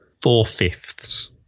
four-fifths